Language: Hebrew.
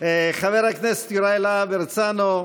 חבר הכנסת יוראי להב הרצנו,